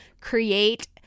create